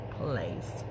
place